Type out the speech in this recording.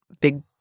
big